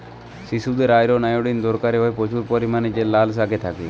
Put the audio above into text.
শিশুদের iron, iodine দরকার হয় প্রচুর পরিমাণে যা লাল শাকে থাকে